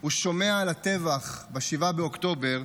הוא שומע על הטבח ב-7 באוקטובר,